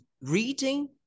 reading